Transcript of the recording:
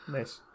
Nice